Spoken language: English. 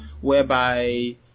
whereby